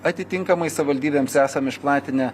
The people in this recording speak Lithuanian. atitinkamai savivaldybėms esam išplatinę